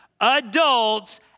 Adults